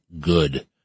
good